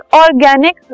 organic